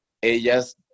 Ellas